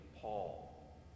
Paul